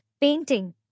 painting